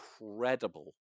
incredible